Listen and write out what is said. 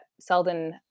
Selden